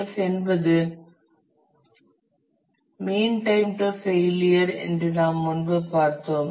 F என்பது mean time to failure என்று நாம் முன்பு பார்த்தோம்